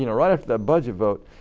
you know right after that budget vote,